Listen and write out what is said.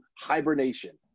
hibernation